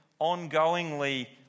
ongoingly